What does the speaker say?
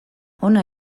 hona